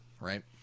right